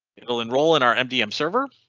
it will enroll in our mdm server,